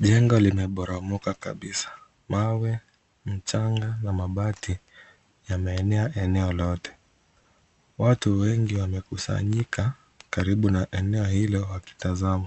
Jengo limeporomoka kabisa. Mawe, mchanga na mabati yameenea eneo lote. Watu wengi wamekusanyika karibu na eneo hilo wakitazama.